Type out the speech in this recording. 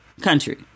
country